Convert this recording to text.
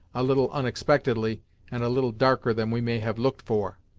a little onexpectedly and a little darker than we may have looked for.